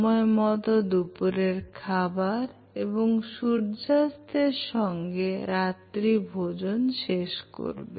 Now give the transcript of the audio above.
সময় মত দুপুরের খাবার এবং সূর্যাস্তের সঙ্গে রাত্রি ভজন শেষ করবে